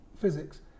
physics